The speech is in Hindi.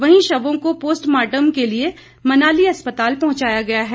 वहीं शवों को पोस्टमार्टम के लिए मनाली पहुंचाया गया है